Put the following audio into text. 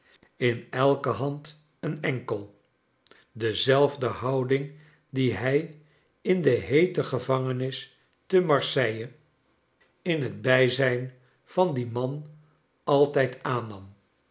in elke hand een enkel dezelfde houding die hij in de heete gevangenis te marseille in het bijzijn van dien man altijd aannam